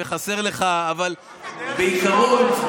בעיקרון,